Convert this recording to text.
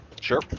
sure